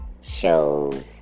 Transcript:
shows